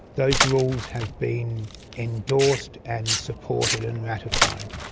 those rules have been endorsed and supported and ratified.